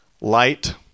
light